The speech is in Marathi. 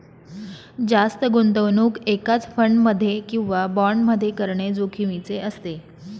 जास्त गुंतवणूक एकाच फंड मध्ये किंवा बॉण्ड मध्ये करणे जोखिमीचे असते